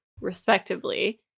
respectively